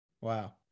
Wow